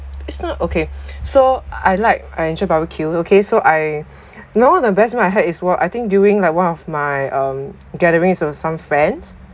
it's not okay so I like I enjoyed barbecue okay so I know one of the best meal I had is what I think during like one of my um gatherings with some friends